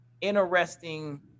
interesting